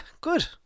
good